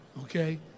okay